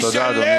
תודה, אדוני.